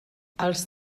els